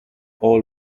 all